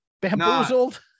bamboozled